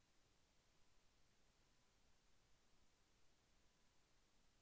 ఒక లక్ష రూపాయిలు లోన్ తీసుకుంటే నెలకి ఎంత అమౌంట్ కట్టాలి?